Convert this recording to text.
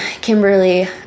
kimberly